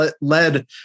led